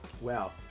Wow